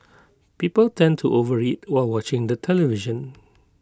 people tend to overeat while watching the television